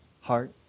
heart